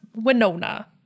Winona